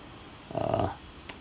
err